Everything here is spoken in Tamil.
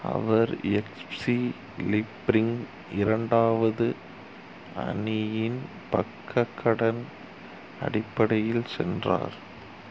அவர் எஃப்சி லீஃப்ரிங் இரண்டாவது அணியின் பக்கம் கடன் அடிப்படையில் சென்றார்